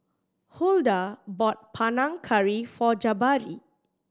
Huldah bought Panang Curry for Jabari